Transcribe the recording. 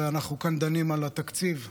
הרי אנחנו כאן דנים על התקציב.